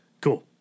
Cool